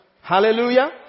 Hallelujah